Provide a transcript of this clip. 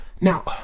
Now